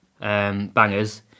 bangers